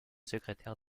secrétaire